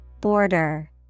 Border